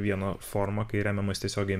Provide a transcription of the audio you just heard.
viena forma kai remiamas tiesiogiai